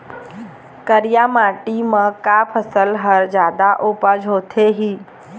करिया माटी म का फसल हर जादा उपज होथे ही?